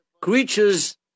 creatures